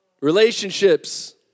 Relationships